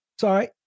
Sorry